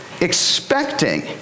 expecting